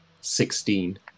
sixteen